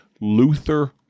Luther